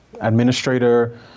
administrator